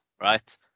right